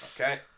Okay